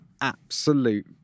absolute